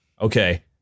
Okay